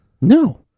No